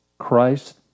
Christ